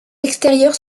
extérieurs